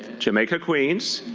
jamaica, queens.